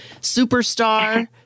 Superstar